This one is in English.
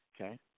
Okay